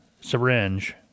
syringe